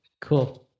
Cool